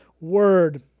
word